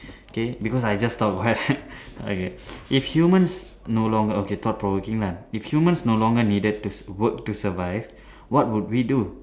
K because I just thought of one okay if humans no longer okay thought provoking lah if humans no longer needed to s~ work to survive what would we do